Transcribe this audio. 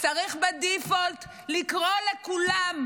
ב-default לקרוא לכולם,